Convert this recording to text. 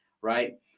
right